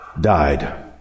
died